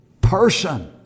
person